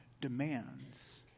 demands